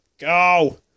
Go